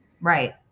Right